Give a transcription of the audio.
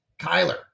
Kyler